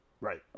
Right